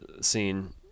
scene